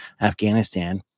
Afghanistan